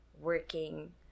working